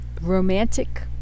romantic